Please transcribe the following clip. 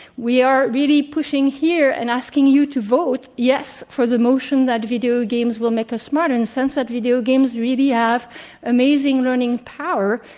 we are really pushing here and asking you to vote yes for the motion that, video games will make us smarter, in the sense that video games really ah have amazing learning power.